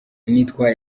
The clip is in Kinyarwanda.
nitwa